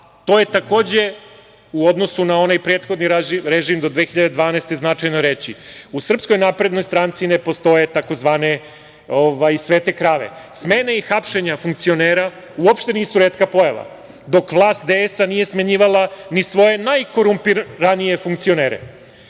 To je, takođe u odnosu na onaj prethodni režim do 2012. značajno reći, u SNS ne postoje tzv. svete krave. Smene i hapšenja funkcionera uopšte nisu retka pojava, dok vlast DS nije smenjivala ni svoje najkorumpiranije funkcioner. Ime